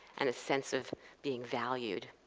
and a sense of being valued.